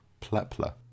Plepler